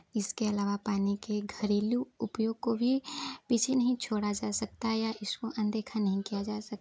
इसके आलवा पानी के घरेलू उपयोग को भी पीछे नहीं छोड़ा जा सकता या इसको अनदेखा नहीं किया जा सकता